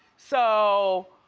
so,